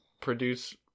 produce